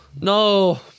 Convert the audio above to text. No